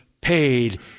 paid